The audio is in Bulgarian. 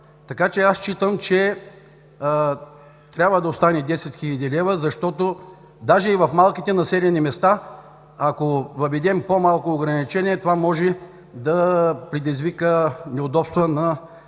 Така че аз считам, че трябва да остане 10 хил. лв., защото даже и в малките населени места, ако въведем по-малко ограничение, това може да предизвика неудобства на юридически